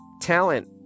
talent